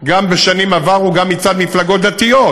גם בשנים עברו, גם מצד מפלגות דתיות,